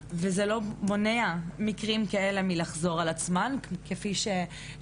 פשוט פותחים פרופיל חדש, מעלים תחת שם אחר.